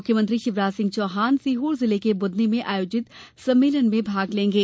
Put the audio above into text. मुख्यमंत्री शिवराज सिंह चौहान सीहोर जिले के बुधनी में आयोजित सम्मेलन में भाग लेंगे